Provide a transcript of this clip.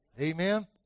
Amen